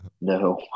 no